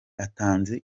atanze